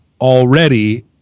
already